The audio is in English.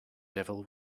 devil